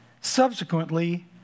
subsequently